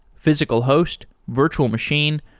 physical host, virtual machine,